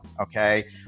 okay